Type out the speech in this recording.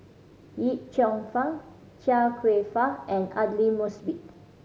Yip Cheong Fun Chia Kwek Fah and Aidli Mosbit